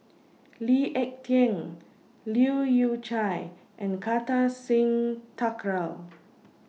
Lee Ek Tieng Leu Yew Chye and Kartar Singh Thakral